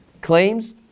claims